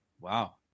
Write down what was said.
Wow